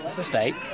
state